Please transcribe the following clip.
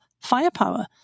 firepower